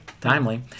timely